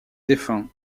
défunt